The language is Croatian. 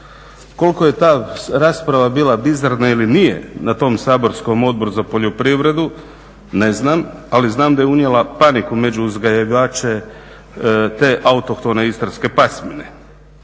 Koliko je ta rasprava bila bizarna ili nije na tom saborskom Odboru za poljoprivredu, ne znam, ali znam da je unijela paniku među uzgajivače te autohtone istarske pasmine.